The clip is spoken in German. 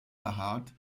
behaart